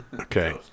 okay